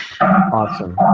awesome